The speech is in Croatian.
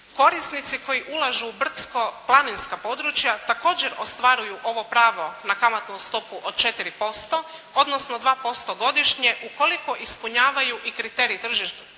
Korisnici koji ulažu u brdsko-planinska područja također ostvaruju ovo pravo na kamatnu stopu od 4%, odnosno 2% godišnje ukoliko ispunjavaju i kriterije tržišne